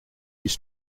his